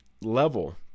level